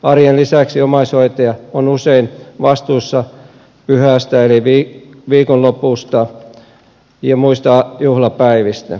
arjen lisäksi omaishoitaja on usein vastuussa pyhästä eli viikonlopusta ja muista juhlapäivistä